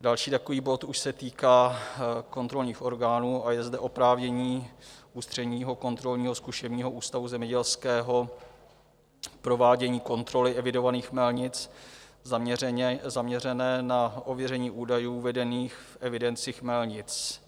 Další takový bod už se týká kontrolních orgánů a je zde oprávnění Ústředního kontrolního a zkušebního ústavu zemědělského k provádění kontroly evidovaných chmelnic, zaměřené na ověření údajů uvedených v evidenci chmelnic.